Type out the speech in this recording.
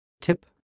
Tip